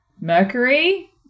mercury